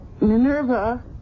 Minerva